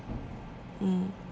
mm